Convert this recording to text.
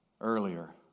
Earlier